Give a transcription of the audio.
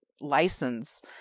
license